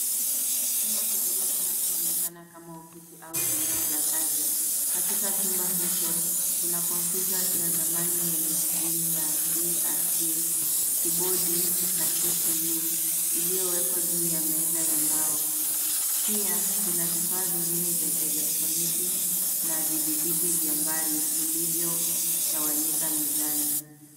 Chumba kidogo kinachoonekana kama ofisi au eneo la kazi. Katika chumba hicho, kuna kompyuta ya zamani yenye skrini ya CRT, kibodi na CPU iliyowekwa juu ya meza ya mbao. Pia kuna vifaa vingine vya elektroniki na vitibiti vya mbali vilivyo tawanyika mezani.